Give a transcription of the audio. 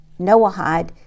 Noahide